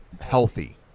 healthy